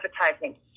advertising